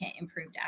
improved